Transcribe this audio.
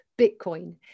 bitcoin